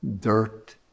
dirt